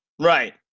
Right